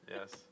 yes